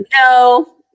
no